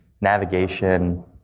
navigation